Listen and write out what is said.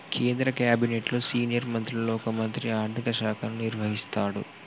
కేంద్ర క్యాబినెట్లో సీనియర్ మంత్రులలో ఒక మంత్రి ఆర్థిక శాఖను నిర్వహిస్తాడు